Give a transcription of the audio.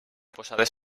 posades